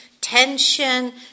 tension